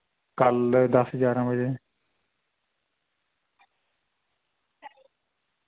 कल दस जारां बजे